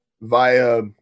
via